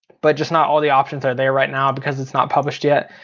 but just not all the options are there right now, because it's not published yet.